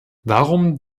warum